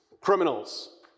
criminals